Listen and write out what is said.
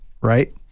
right